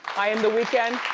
i am the weekend.